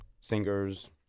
singers